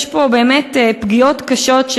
יש פה באמת פגיעות קשות,